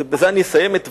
ובעניין הזה אסיים את דברי,